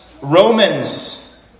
Romans